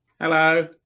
Hello